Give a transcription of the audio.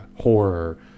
horror